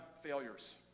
failures